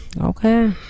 Okay